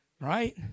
right